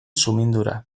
sumindura